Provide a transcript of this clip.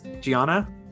Gianna